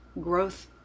growth